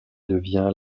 devient